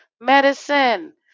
medicine